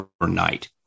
overnight